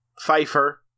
Pfeiffer